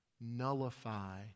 nullify